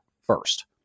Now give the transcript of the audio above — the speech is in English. first